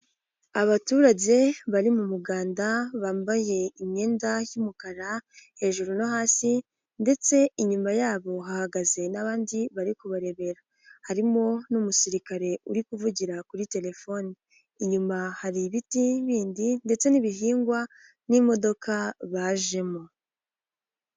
Abaturage bari mu muganda bambaye imyenda y'umukara hejuru no hasi ndetse inyuma yabo hahagaze n'abandi bari kubarebera harimo n'umusirikare uri kuvugira kuri telefoni, inyuma hari ibiti bindi ndetse n'ibihingwa n'imodoka bajemo.